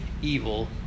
evil